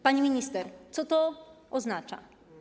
Pani minister, co to oznacza?